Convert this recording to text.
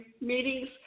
meetings